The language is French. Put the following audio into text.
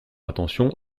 attention